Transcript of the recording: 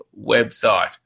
website